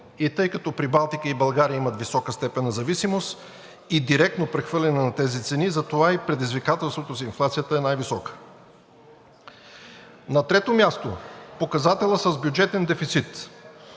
И тъй като Прибалтика и България имат висока степен на зависимост и директно прехвърляне на тези цени, затова и предизвикателството с инфлацията е най-висока. На трето място, показателят с бюджетен дефицит.